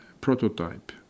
prototype